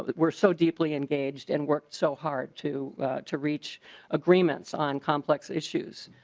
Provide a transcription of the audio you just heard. but were so deeply engaged and worked so hard to to reach agreements on complex issues.